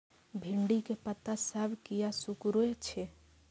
भिंडी के पत्ता सब किया सुकूरे छे?